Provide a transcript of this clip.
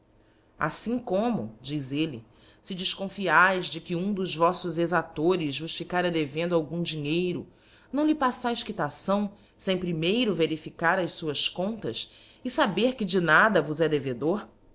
aífim como diz elle fe defconâaes de que um dos voífos exalores vos ficara devendo algum dinheiro não lhe paffaes quitação fem primeiro verificar as fuás contas e faber que de nada vos é devedor